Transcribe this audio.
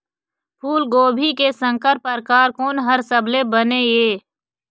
फूलगोभी के संकर परकार कोन हर सबले बने ये?